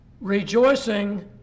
Rejoicing